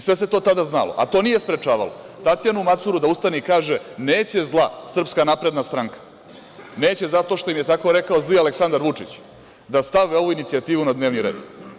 Sve se to tada znalo, a to nije sprečavalo Tatjanu Macuru da ustane i kaže – neće zla SNS, neće zato što im je tako rekao zli Aleksandar Vučić da stave ovu inicijativu na dnevni red.